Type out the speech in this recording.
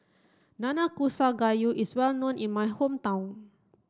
Nanakusa Gayu is well known in my hometown